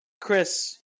Chris